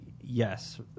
yes